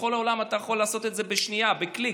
בכל העולם אתה יכול לעשות את זה בשנייה, בקליק,